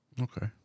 Okay